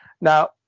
Now